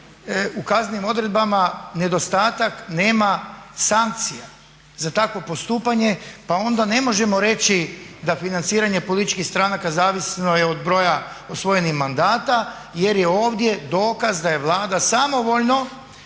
u kaznenim odredbama nedostatak, nema sankcija za takvo postupanje. Pa onda ne možemo reći da financiranje političkih stranaka zavisno je od broja osvojenih mandata jer je ovdje dokaz da je Vlada samovoljno